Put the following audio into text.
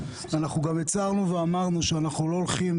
אנחנו גם הצרנו ואמרנו שאנחנו לא הולכים